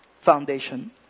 foundation